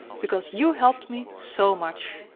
because you helped me so much.